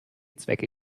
zwecke